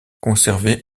conserver